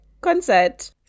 concert